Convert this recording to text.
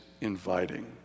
inviting